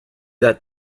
that